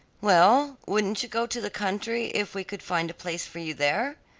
well, wouldn't you go to the country if we could find a place for you there?